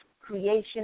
creation